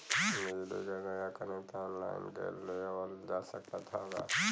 बिजली क नया कनेक्शन ऑनलाइन लेवल जा सकत ह का?